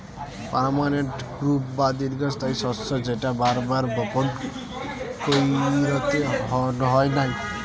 permanent crop বা দীর্ঘস্থায়ী শস্য যেটা বার বার বপণ কইরতে হয় নাই